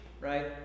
right